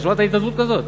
אתה שמעת על התנדבות כזאת?